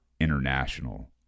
international